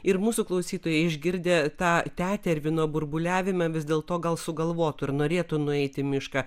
ir mūsų klausytojai išgirdę tą tetervino burbuliavimą vis dėl to gal sugalvotų ir norėtų nueiti į mišką